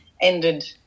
ended